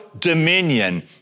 dominion